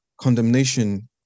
condemnation